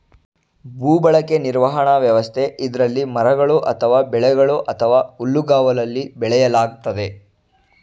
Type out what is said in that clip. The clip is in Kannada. ಭೂಬಳಕೆ ನಿರ್ವಹಣಾ ವ್ಯವಸ್ಥೆ ಇದ್ರಲ್ಲಿ ಮರಗಳು ಅಥವಾ ಬೆಳೆಗಳು ಅಥವಾ ಹುಲ್ಲುಗಾವಲಲ್ಲಿ ಬೆಳೆಯಲಾಗ್ತದೆ